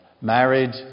married